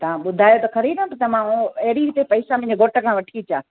त तव्हां ॿुधायो त ख़रीदां न त मां उहो अहिड़ी रीते पैसा मुंहिंजे घोट खां वठी अचां